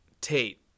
Tate